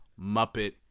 Muppet